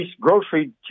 grocery